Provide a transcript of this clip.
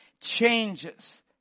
changes